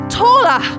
taller